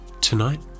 Tonight